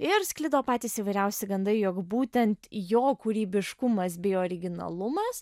ir sklido patys įvairiausi gandai jog būtent jo kūrybiškumas bei originalumas